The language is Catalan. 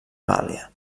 gàl·lia